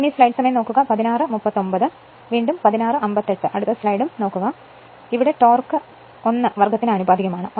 ഇപ്പോൾ ടോർക്ക് 1 വർഗ്ഗത്തിന് ആനുപാതികമാണ്